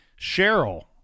Cheryl